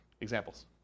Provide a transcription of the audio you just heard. Examples